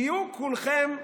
תהיו כולכם יוראי.